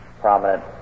prominent